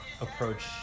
approach